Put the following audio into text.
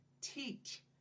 teach